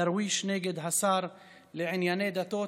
דרוויש נ' השר לענייני דתות,